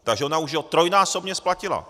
Takže ona už ho trojnásobně splatila!